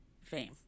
fame